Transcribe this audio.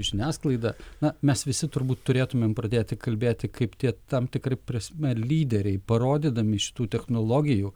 žiniasklaida na mes visi turbūt turėtumėm pradėti kalbėti kaip tie tam tikra prasme lyderiai parodydami šitų technologijų